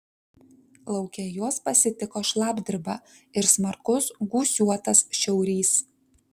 lauke juos pasitiko šlapdriba ir smarkus gūsiuotas šiaurys